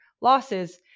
losses